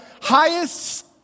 highest